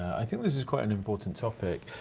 i think this is quite an important topic.